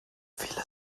viele